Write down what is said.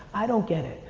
i don't get it.